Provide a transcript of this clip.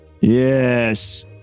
Yes